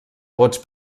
vots